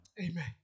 Amen